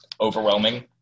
overwhelming